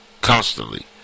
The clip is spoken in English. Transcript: constantly